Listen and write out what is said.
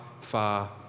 far